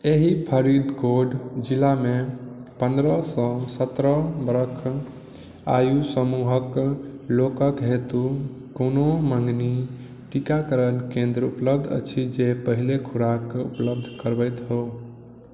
एहि फरीदकोट जिलामे पन्द्रह सँ सत्रह बरख आयु समूहक लोकक हेतु कोनो मँगनी टीकाकरण केंद्र उपलब्ध अछि जे पहिले खुराक उपलब्ध करबैत हो